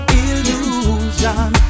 illusion